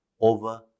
over